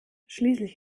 schließlich